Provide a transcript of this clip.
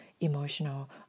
emotional